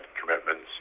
commitments